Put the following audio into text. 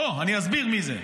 אוה, אני אסביר מי זה.